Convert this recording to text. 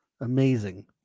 Amazing